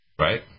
right